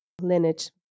lineage